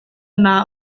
yma